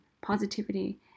positivity